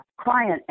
client